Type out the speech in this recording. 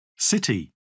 City